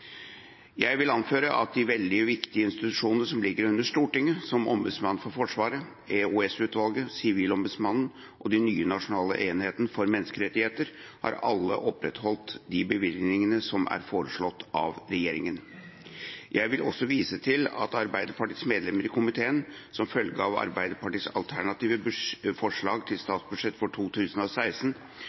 Jeg vil anføre at de veldig viktige institusjoner som ligger under Stortinget, som Ombudsmannen for Forsvaret, EOS-utvalget, Sivilombudsmannen og den nye nasjonale enheten for menneskerettigheter, har alle opprettholdt de bevilgningene som er foreslått av regjeringa. Jeg vil også vise til at Arbeiderpartiets medlemmer i komiteen som følge av Arbeiderpartiets alternative forslag til statsbudsjett for 2016,